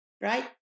Right